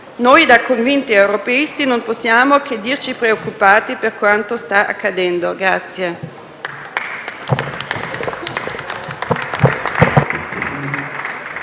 Noi, da convinti europeisti, non possiamo che dirci preoccupati per quanto sta accadendo.